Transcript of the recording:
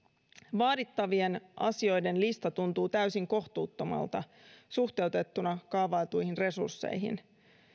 vaadittavien asioiden lista tuntuu täysin kohtuuttomalta suhteutettuna kaavailtuihin resursseihin